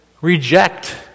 reject